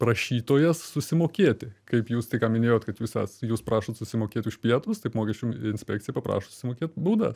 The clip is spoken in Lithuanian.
prašytojas susimokėti kaip jūs tik ką minėjot kad jūs esat jūs prašot susimokėt už pietus taip mokesčių inspekcija paprašo susimokėt baudas